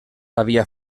havia